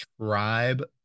tribe